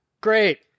great